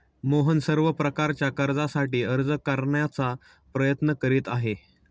मोहन सर्व प्रकारच्या कर्जासाठी अर्ज करण्याचा प्रयत्न करीत आहे